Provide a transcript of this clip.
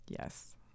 Yes